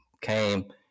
came